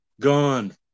gone